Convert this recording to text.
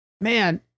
man